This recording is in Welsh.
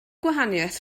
gwahaniaeth